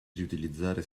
riutilizzare